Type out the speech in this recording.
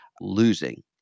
losing